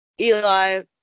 Eli